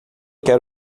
quer